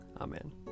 Amen